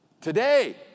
Today